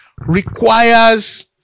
Requires